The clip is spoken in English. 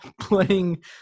playing